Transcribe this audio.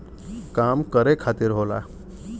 काम करे खातिर होला